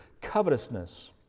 Covetousness